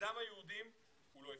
שדם היהודים הוא לא הפקר.